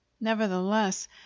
nevertheless